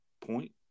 point